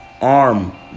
arm